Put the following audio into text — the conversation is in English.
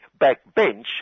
backbench